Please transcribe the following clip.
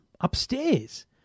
upstairs